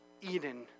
Eden